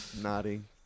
Nodding